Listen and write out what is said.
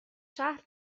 شهر